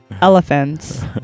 elephants